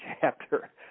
chapter